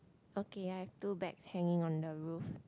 okay I have two bags hanging on the roof